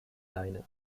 leine